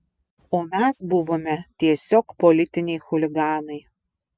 o mes buvome tiesiog politiniai chuliganai